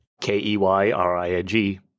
K-E-Y-R-I-A-G